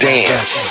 Dance